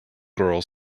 girl